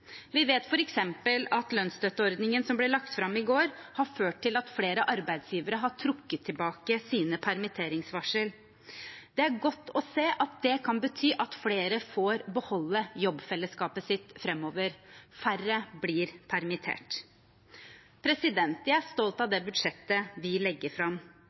Vi vet f.eks. at lønnsstøtteordningen som ble lagt fram i går, har ført til at flere arbeidsgivere har trukket tilbake sine permitteringsvarsler. Det er godt å se at det kan bety at flere får beholde jobbfellesskapet sitt framover, og at færre blir permittert. Jeg er stolt av det budsjettet vi legger fram.